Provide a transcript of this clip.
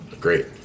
great